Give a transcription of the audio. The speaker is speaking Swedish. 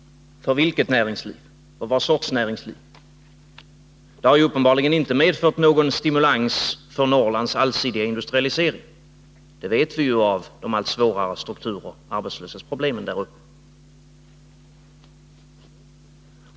För vilket näringsliv och för vad sorts näringsliv? Ordningen har uppenbarligen inte medfört någon stimulans för Norrlands allsidiga industrialisering. Det vet vi, med tanke på de allt svårare strukturoch arbetslöshetsproblemen där uppe.